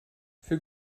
für